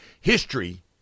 History